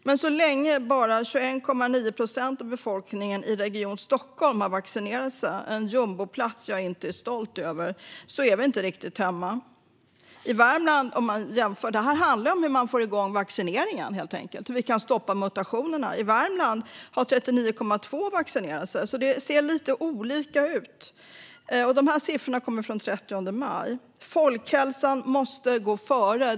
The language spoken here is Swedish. Men så länge bara 21,9 procent av befolkningen i Region Stockholm har vaccinerat sig - detta är en jumboplats jag inte är stolt över - är vi inte riktigt hemma. Detta handlar om hur man får igång vaccineringen och hur vi kan stoppa mutationerna. I Värmland har 39,2 procent vaccinerat sig, så det ser lite olika ut. Dessa siffror kommer från den 30 april. Folkhälsan måste gå före.